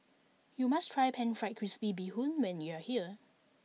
you must try pan fried crispy bee hoon when you are here